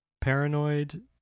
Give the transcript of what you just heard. Paranoid